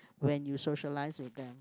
when you socialise with them